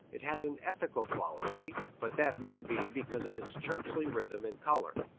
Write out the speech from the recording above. it has an ethical quality, but that may be because of its churchly rhythm and color.